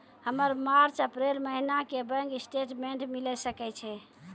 हमर March April महीना के बैंक स्टेटमेंट मिले सकय छै?